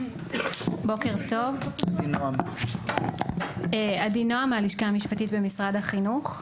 בוקר טוב, עדי נועם מהלשכה המשפטית במשרד החינוך.